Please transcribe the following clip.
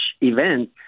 event